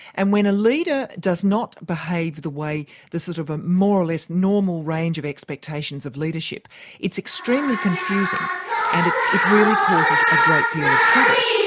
and when a leader does not behave the way there's sort of a more or less normal range of expectations of leadership it's extremely confusing and it it really causes a great deal of trouble.